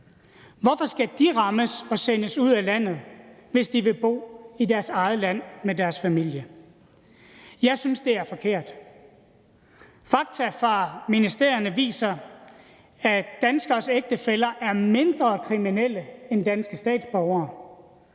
Hvorfor skal de rammes og sendes ud af landet, hvis de vil bo i deres eget land med deres familie? Jeg synes, det er forkert. Fakta fra ministerierne viser, at de danskeres ægtefæller er mindre kriminelle end danske statsborgere.